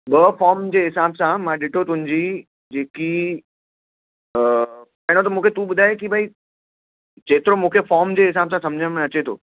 ॿ फॉर्म जे हिसाबु सां मां ॾिठो तुंहिंजी जेकी पहिरियों त मूंखे तूं ॿुधाए की भाई जेतिरो मूंखे फॉर्म जे हिसाबु सां समुझ में अचे थो